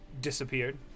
disappeared